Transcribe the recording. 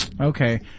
Okay